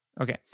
Okay